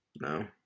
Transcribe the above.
No